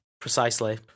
precisely